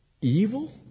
evil